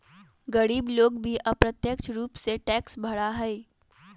गरीब लोग भी अप्रत्यक्ष रूप से टैक्स भरा हई